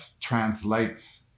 translates